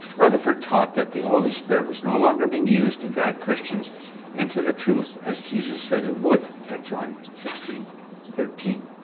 rutherford taught that the holy spirit was no longer being used to guide christians into the truth as jesus said it would at john sixteen thirteen.